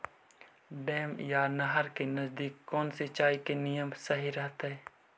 Dam या नहर के नजदीक कौन सिंचाई के नियम सही रहतैय?